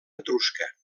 etrusca